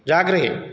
जागृहि